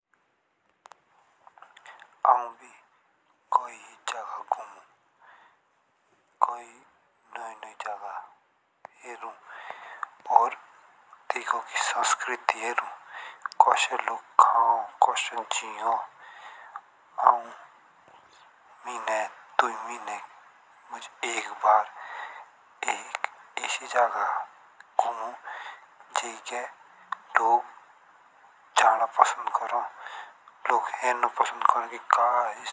आउ भी कोई जगह घुमो कोई नई नई जगह हेरु और टेकोंकी संस्कृति हेरु कोसे लोग कही कोसे जेओ आओ मैन तू ही मैन मुझे एक बार ऐसी जगह घूमो जाके लोग जाना पसंद करो लोग हेरनो पसंद करो की का हो एस दुनिया मुझ।